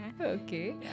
Okay